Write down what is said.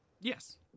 Yes